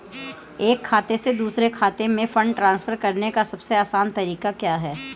एक खाते से दूसरे खाते में फंड ट्रांसफर करने का सबसे आसान तरीका क्या है?